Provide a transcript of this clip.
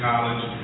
College